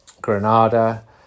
Granada